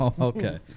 Okay